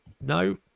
No